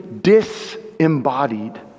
disembodied